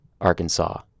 Arkansas